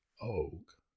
oak